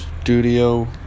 Studio